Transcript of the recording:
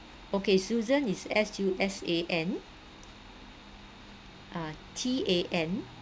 okay susan is S U S A N ah T A N